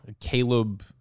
Caleb